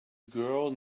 girl